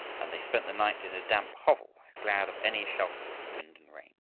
and they spent the night in a damp hovel, glad of any shelter from the wind and rain.